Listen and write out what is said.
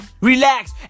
Relax